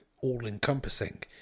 all-encompassing